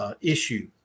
issue